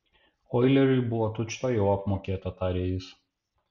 oileriui buvo tučtuojau apmokėta tarė jis